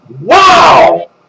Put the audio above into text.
Wow